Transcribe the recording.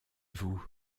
vous